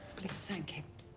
please thank